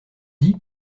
dit